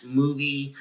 movie